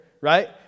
right